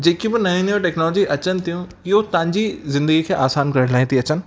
जेकियूं बि नयूं नयूं टेक्नोलॉजी अचनि थियूं इहो तव्हांजी जिंदगीअ खे आसानु करण लाइ थी अचनि हां